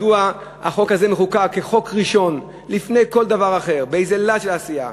מדוע החוק הזה מחוקק כחוק ראשון לפני כל דבר אחר בלהט של עשייה,